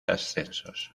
ascensos